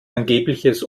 angebliches